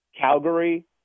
Calgary